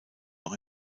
noch